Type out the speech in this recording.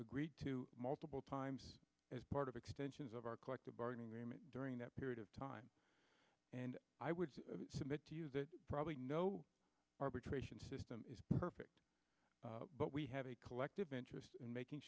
agreed to multiple times as part of extensions of our collective bargaining agreement during that period of time and i would submit that probably no arbitration system is perfect but we have a collective interest in making